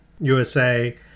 USA